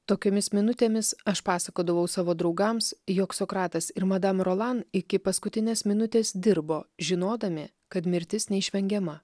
tokiomis minutėmis aš pasakodavau savo draugams jog sokratas ir madam rolan iki paskutinės minutės dirbo žinodami kad mirtis neišvengiama